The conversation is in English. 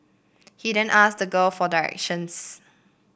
he then asked the girl for directions